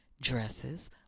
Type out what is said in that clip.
dresses